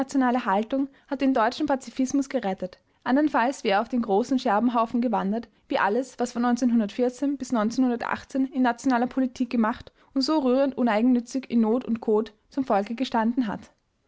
haltung hat den deutschen pazifismus gerettet andernfalls wäre er auf den großen scherbenhaufen gewandert wie alles was von bis in nationaler politik gemacht und so rührend uneigennützig in not und kot zum volke gestanden hat